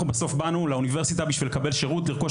אנחנו בסוף באנו לאוניברסיטה בשביל לקבל שירות ולרכוש